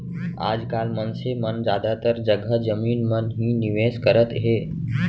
आज काल मनसे मन जादातर जघा जमीन म ही निवेस करत हे